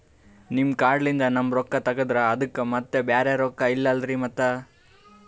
ನಿಮ್ ಕಾರ್ಡ್ ಲಿಂದ ನಮ್ ರೊಕ್ಕ ತಗದ್ರ ಅದಕ್ಕ ಮತ್ತ ಬ್ಯಾರೆ ರೊಕ್ಕ ಇಲ್ಲಲ್ರಿ ಮತ್ತ?